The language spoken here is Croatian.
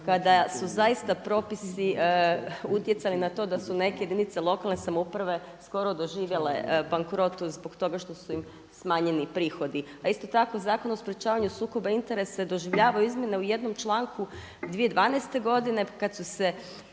kada su zaista propisi utjecali na to da su neke jedinice lokalne samouprave skoro doživjele bankrot zbog toga što su im smanjeni prihodi. A isto tako Zakon o sprečavanju sukoba interesa doživljava izmjene u jednom članku 2012. godine kada su se